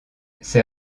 ses